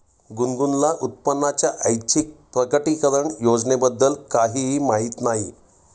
गुनगुनला उत्पन्नाच्या ऐच्छिक प्रकटीकरण योजनेबद्दल काहीही माहिती नाही